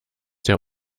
der